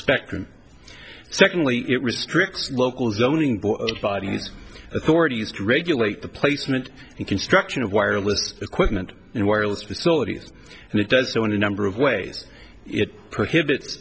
spectrum secondly it restricts local zoning bodies authorities regulate the placement and construction of wireless equipment and wireless facilities and it does so in a number of ways it prohibits